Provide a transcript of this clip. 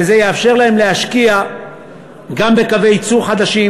וזה יאפשר להם להשקיע גם בקווי ייצור חדשים,